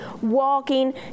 walking